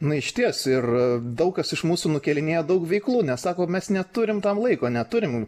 na iš ties ir daug kas iš mūsų nukėlinėja daug veiklų nes sako mes neturim tam laiko neturim